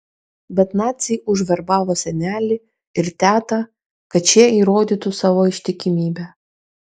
bet naciai užverbavo senelį ir tetą kad šie įrodytų savo ištikimybę